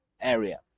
area